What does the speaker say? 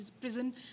prison